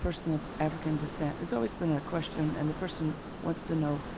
person of african descent. it's ah it's been a question, and the person wants to know,